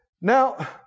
Now